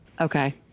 Okay